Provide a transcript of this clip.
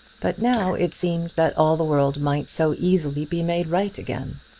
but now it seemed that all the world might so easily be made right again!